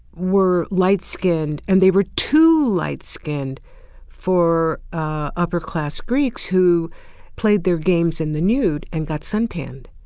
were light-skinned and they were too light-skinned for upper-class greeks who played their games in the nude and got suntanned.